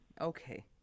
Okay